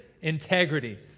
integrity